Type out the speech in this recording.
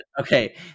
okay